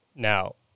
Now